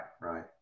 right